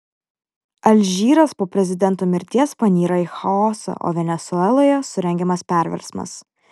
alžyras po prezidento mirties panyra į chaosą o venesueloje surengiamas perversmas